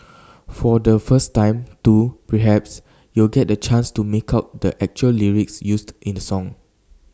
for the first time too perhaps you'll get the chance to make out the actual lyrics used in the song